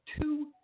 two